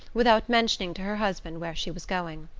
without mentioning to her husband where she was going.